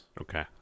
Okay